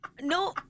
No